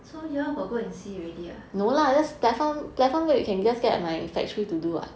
so you all got go and see already ah